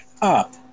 up